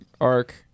arc